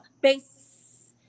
base